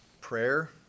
prayer